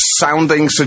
sounding